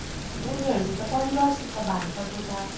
उनीहरूसित परिवारसित भान्सा कोठा